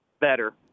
better